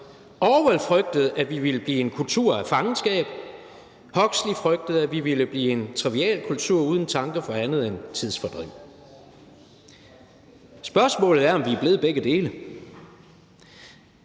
Orwell frygtede, at vi ville blive en kultur af fangenskab. Huxley frygtede, at vi ville blive en trivialkultur uden tanke for andet end tidsfordriv.« Spørgsmålet er, om vi er blevet begge dele.